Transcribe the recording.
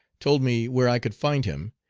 told me where i could find him,